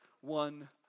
one